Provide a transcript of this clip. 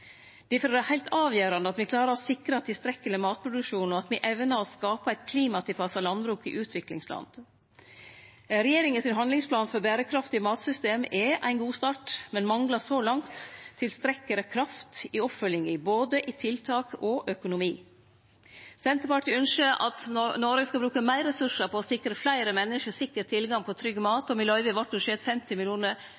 Difor er det heilt avgjerande at me klarar å sikre tilstrekkeleg matproduksjon, og at me evnar å skape eit klimatilpassa landbruk i utviklingsland. Regjeringa sin handlingsplan for berekraftige matsystem er ein god start, men manglar så langt tilstrekkeleg kraft i oppfølginga, både i tiltak og i økonomi. Senterpartiet ynskjer at Noreg skal bruke meir ressursar på å sikre fleire menneske sikker tilgang på trygg mat,